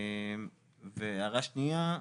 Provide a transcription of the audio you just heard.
הערה שנייה,